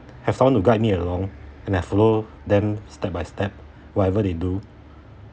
have someone to guide me along and I follow them step by step whatever they do